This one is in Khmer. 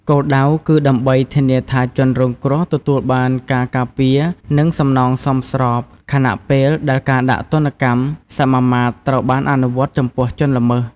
គោលដៅគឺដើម្បីធានាថាជនរងគ្រោះទទួលបានការការពារ និង សំណងសមស្រប ខណៈពេលដែលការដាក់ទណ្ឌកម្មសមាមាត្រត្រូវបានអនុវត្តចំពោះជនល្មើស។